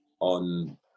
on